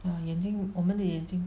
ah 眼睛我们的眼睛